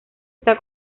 está